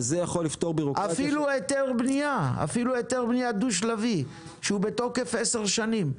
אפילו היתר בנייה דו-שלבי שהוא בתוקף 10 שנים.